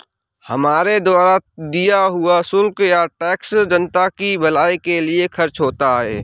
हमारे द्वारा दिया हुआ शुल्क या टैक्स जनता की भलाई के लिए खर्च होता है